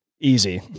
easy